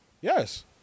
Yes